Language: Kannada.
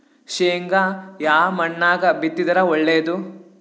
ಶೇಂಗಾ ಯಾ ಮಣ್ಣಾಗ ಬಿತ್ತಿದರ ಒಳ್ಳೇದು?